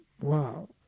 Wow